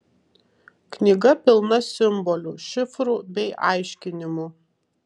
knyga pilna simbolių šifrų bei aiškinimų